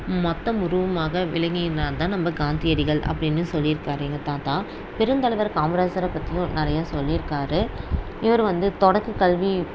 மொத்தம் உருவமாக விளங்கியதனால் தான் நம்ப காந்தியடிகள் அப்படின்னு சொல்லியிருக்காரு எங்கள் தாத்தா பெருந்தலைவர் காமராஜரை பற்றியும் நிறைய சொல்லியிருக்காரு இவர் வந்து தொடக்கக்கல்வி